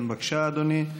כן, בבקשה, אדוני.